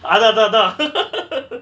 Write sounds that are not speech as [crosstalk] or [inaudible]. அத ததா:atha thathaa [laughs]